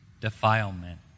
defilement